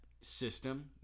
system